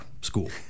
school